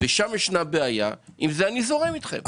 וששם ישנה בעיה עם זה אני זורם איתכם.